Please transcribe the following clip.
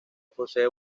posee